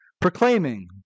proclaiming